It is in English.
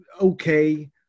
okay